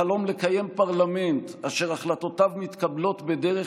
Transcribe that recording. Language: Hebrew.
החלום לקיים פרלמנט אשר החלטותיו מתקבלות בדרך